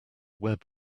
web